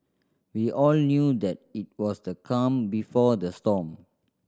we all knew that it was the calm before the storm